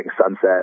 sunset